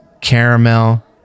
caramel